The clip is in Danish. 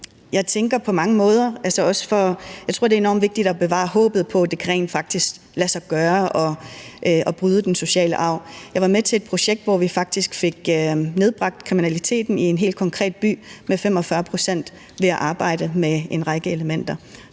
efter 2023. Jeg tror, at det er enormt vigtigt at bevare håbet om, at det rent faktisk kan lade sig gøre at bryde den sociale arv. Jeg var med til et projekt, hvor vi faktisk fik nedbragt kriminaliteten i en helt konkret by med 45 pct. ved at arbejde med en række elementer.